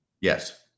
Yes